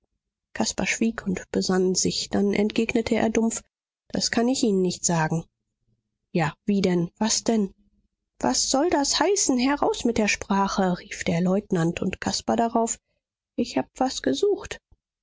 schwieg und besann sich dann entgegnete er dumpf das kann ich ihnen nicht sagen ja wie denn was denn was soll das heißen heraus mit der sprache rief der leutnant und caspar darauf ich hab was gesucht